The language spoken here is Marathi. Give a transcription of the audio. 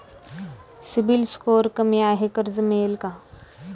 सिबिल स्कोअर कमी आहे कर्ज मिळेल का?